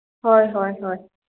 ꯍꯣꯏ ꯍꯣꯏ